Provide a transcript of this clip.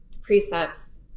precepts